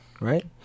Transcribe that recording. right